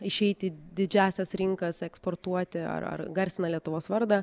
išeit į didžiąsias rinkas eksportuoti ar ar garsina lietuvos vardą